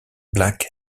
black